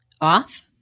Off